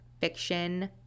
fiction